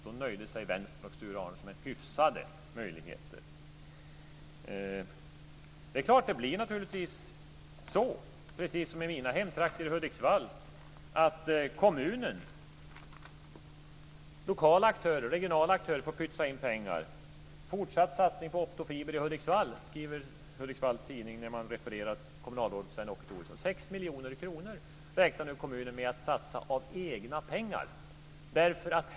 Då nöjde sig Det blir naturligtvis så, precis som i mina hemtrakter i Hudiksvall, att kommunen, lokala, regionala aktörer får pytsa in pengar. Fortsatt satsning på optofiber i Hudiksvall, skriver Hudiksvalls Tidning när man refererar kommunalrådet Sven-Åke Thoresen. 6 miljoner kronor räknar kommunen nu med att satsa av egna pengar.